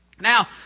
Now